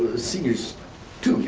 seniors too,